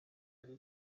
yari